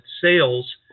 sales